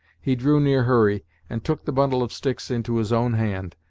he drew near hurry, and took the bundle of sticks into his own hand,